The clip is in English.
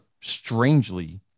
strangely